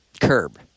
curb